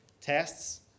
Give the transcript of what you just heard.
tests